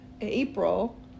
April